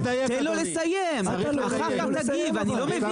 --- הבטחת קיומת האבקה לגידולים.